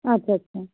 আচ্ছা আচ্ছা